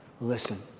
Listen